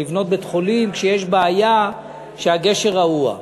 של לבנות בית-חולים כשיש בעיה שהגשר רעוע.